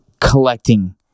collecting